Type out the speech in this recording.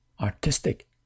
artistic